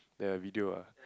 the video ah